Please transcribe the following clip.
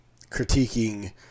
critiquing